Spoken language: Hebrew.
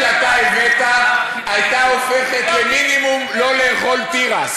הכשרות שאתה הבאת הייתה הופכת למינימום לא לאכול תירס.